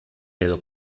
edo